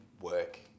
work